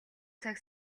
цаг